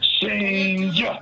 change